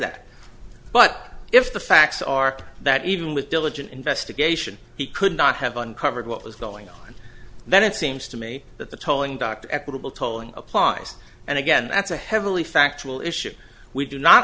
that but if the facts are that even with diligent investigation he could not have uncovered what was going on then it seems to me that the tolling dr equitable tolling applies and again that's a heavily factual issue we do not